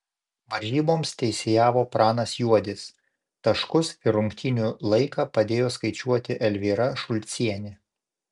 varžyboms teisėjavo pranas juodis taškus ir rungtynių laiką padėjo skaičiuoti elvyra šulcienė